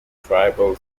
tribal